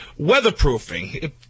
weatherproofing